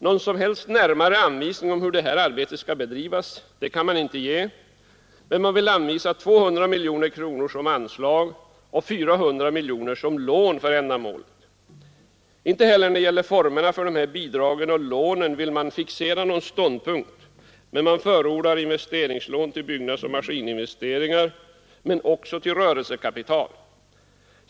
Någon som helst närmare anvisning om hur detta arbete skall bedrivas kan man inte ge, men man vill anvisa 200 miljoner kronor som anslag och 400 miljoner kronor som lån för ändamålet. Inte heller när det gäller formerna för dessa bidrag och lån vill man fixera någon ståndpunkt, men man förordar investeringslån både till byggnadsoch maskininvesteringar och till rörelsekapital.